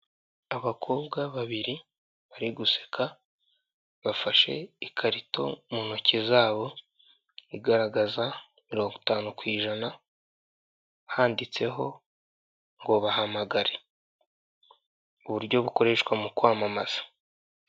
Abakobwa babiri bari guseka bafashe ikarito mu ntoki zabo igaragaza mirongo itanu ku ijana handitseho ngo bahamagare uburyo bukoreshwa mu kwamamaza.